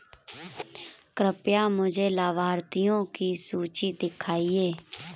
कृपया मुझे लाभार्थियों की सूची दिखाइए